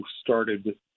started